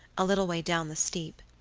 a little way down the steep.